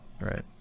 right